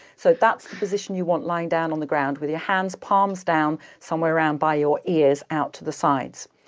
so, that's the position you want lying down on the ground with your hands palms down, somewhere round by your ears out to the sides.